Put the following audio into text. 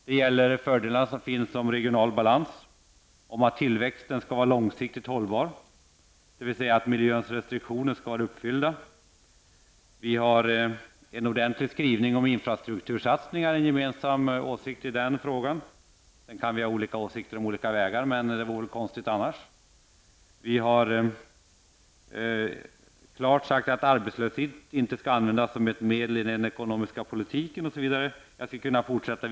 Det gäller fördelarna med regional balans, att tillväxten skall vara långsiktigt hållbar, dvs. att miljöns restriktioner skall vara uppfyllda. Vi har en ordentlig skrivning om infrastruktursatsningar med gemensamma åsikter i den frågan. Sedan kan man ha olika åsikter om vägarna, det vore konstigt annars. Vi har klart sagt att arbetslösheten inte skall användas som ett medel i den ekonomiska politiken. Jag skulle kunna fortsätta.